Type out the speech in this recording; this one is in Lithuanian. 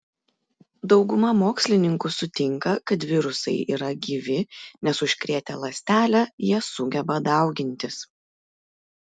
dauguma mokslininkų sutinka kad virusai yra gyvi nes užkrėtę ląstelę jie sugeba daugintis